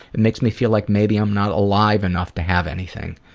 it makes me feel like maybe i'm not alive enough to have anything.